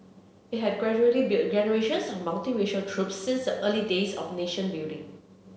it had gradually built generations of multiracial troops since the early days of nation building